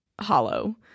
hollow